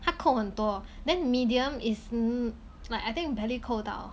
他扣很多 then medium is like I think barely 扣到